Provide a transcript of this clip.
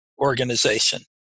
organization